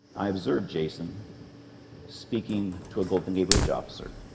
i observed jason speaking to a golden gate bridge officer.